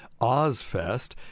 Ozfest